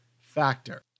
factor